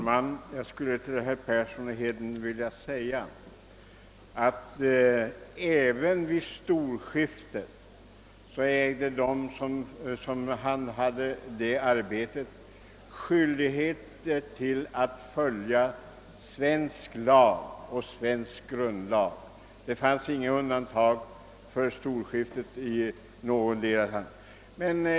Herr talman! De som förrättade storskiftet var också, herr Persson i Heden, skyldiga att följa svensk lag och svensk grundlag — det gjordes inte undantag för någon del av landet.